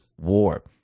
war